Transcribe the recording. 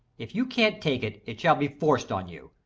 if you can't take it, it shall be forced on you.